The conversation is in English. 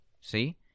See